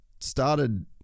started